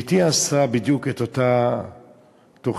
בתי עשתה בדיוק את אותה תוכנית.